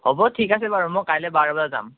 হ'ব ঠিক আছে বাৰু মই কাইলৈ বাৰ বজাত যাম